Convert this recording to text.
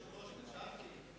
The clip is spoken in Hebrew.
היושב-ראש, נרשמתי.